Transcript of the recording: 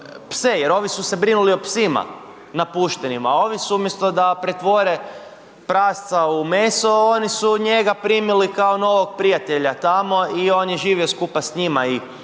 pse, jer ovi su se brinuli o psima napuštenima. A ovi su, umjesto da pretvore prasca u meso, oni su njega primili kao novog prijatelja tamo i on je živio skupa s njima.